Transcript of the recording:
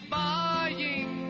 buying